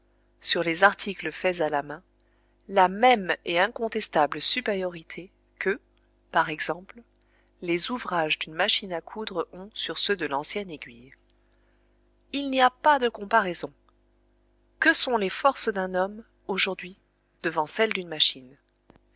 sur les articles faits à la main la même et incontestable supériorité que par exemple les ouvrages d'une machine à coudre ont sur ceux de l'ancienne aiguille il n'y a pas de comparaison que sont les forces d'un homme aujourd'hui devant celles d'une machine